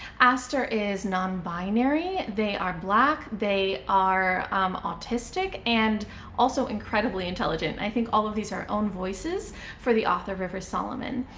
aster is non-binary, they are black, they are autistic, and also incredibly intelligent. i think all of these are own voices for the author rivers solomon.